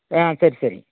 ஆ சரி சரி